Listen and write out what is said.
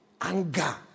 Anger